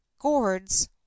gourds